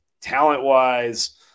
talent-wise